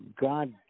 God